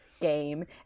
game